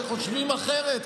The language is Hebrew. שחושבים אחרת,